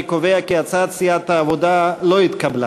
אני קובע כי הצעת סיעת העבודה לא התקבלה.